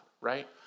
right